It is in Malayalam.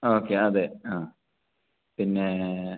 ഓക്കെ അതെ ആ പിന്നെ